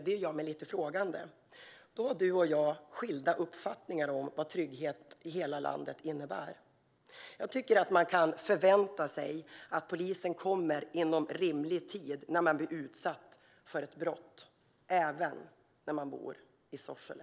Det gör mig lite frågande, för i så fall har du och jag skilda uppfattningar om vad trygghet i hela landet innebär. Jag tycker att man kan förvänta sig att polisen kommer inom rimlig tid när man blir utsatt för ett brott även om man bor i Sorsele.